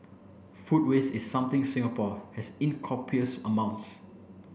food waste is something Singapore has in copious amounts